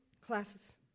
classes